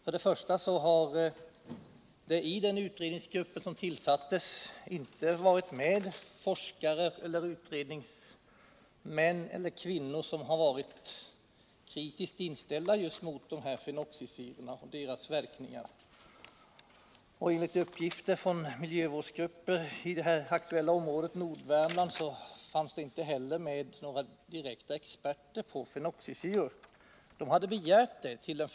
För det första fanns i den tillsatta utredningsgruppen inga forskare eller utredningsmän resp. utredningskvinnor, som var kritiskt inställda mot just fenoxisyrorna och verkningarna av dessa. Enligt uppgifter från miljövårdsgrupperna i det aktuella området i Nordvärmland fanns heller inga direkta experter på fenoxisyror med i utredningen.